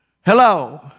Hello